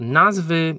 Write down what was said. nazwy